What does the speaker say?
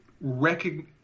recognize